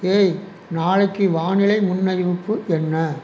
ஏய் நாளைக்கு வானிலை முன்னறிவிப்பு என்ன